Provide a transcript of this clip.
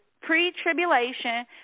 pre-tribulation